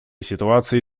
ситуации